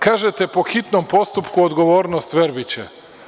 Kažete – po hitnom postupku odgovornost Verbića.